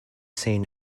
seen